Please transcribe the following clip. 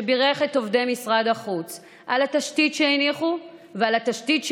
שבירך את עובדי משרד החוץ על התשתית שהניחו ועל התשתית שיניחו,